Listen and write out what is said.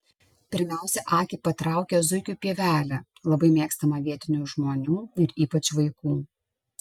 pirmiausia akį patraukia zuikių pievelė labai mėgstama vietinių žmonių ir ypač vaikų